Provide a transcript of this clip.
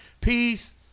peace